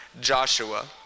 Joshua